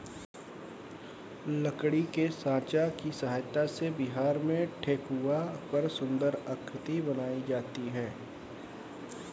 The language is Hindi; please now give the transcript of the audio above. लकड़ी के साँचा की सहायता से बिहार में ठेकुआ पर सुन्दर आकृति बनाई जाती है